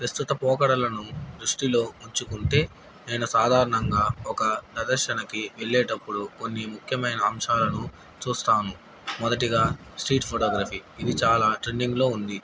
ప్రస్తుత పోకడలను దృష్టిలో ఉంచుకుంటే నేను సాధారణంగా ఒక ప్రదర్శనకి వెళ్ళేటప్పుడు కొన్ని ముఖ్యమైన అంశాలను చూస్తాను మొదటిగా స్ట్రీట్ ఫోటోగ్రఫీ ఇది చాలా ట్రెండింగ్లో ఉంది